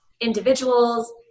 individuals